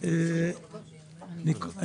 קודם כול,